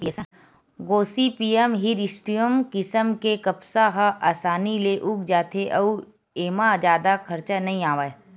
Gossypium hirsutum किसम के कपसा ह असानी ले उग जाथे अउ एमा जादा खरचा नइ आवय